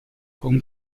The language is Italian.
con